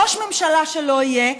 ראש ממשלה שלא יהיה,